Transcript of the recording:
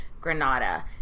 Granada